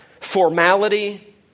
formality